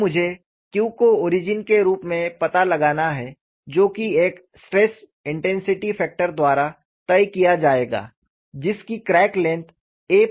तो मुझे Q को ओरिजिन के रूप में पता लगाना है जो कि एक स्ट्रेस इंटेंसिटी फैक्टर द्वारा तय किया जाएगा जिसकी क्रैक लेंथ aa है